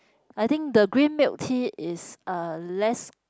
I think the green milk tea is uh less